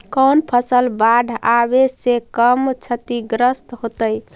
कौन फसल बाढ़ आवे से कम छतिग्रस्त होतइ?